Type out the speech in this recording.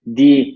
di